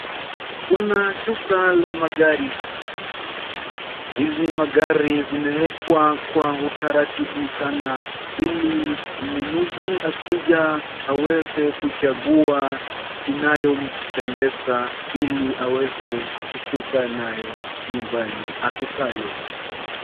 Kuna duka la magari hapa hizi magari zimewekwa kwa utaratibu sana ili mnunuzi akija aweze kuchagua inayompendeza ili aweze kufika nayo nyumbani akishalipa.